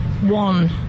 one